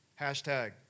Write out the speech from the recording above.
Hashtag